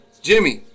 Jimmy